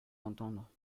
entendre